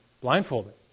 blindfolded